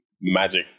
magic